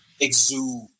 exude